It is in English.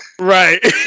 Right